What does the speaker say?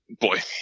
Boy